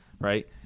right